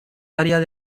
áreas